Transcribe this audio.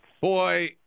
Boy